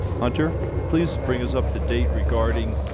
hunter please bring us up-to-date regarding